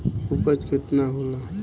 उपज केतना होला?